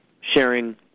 sharing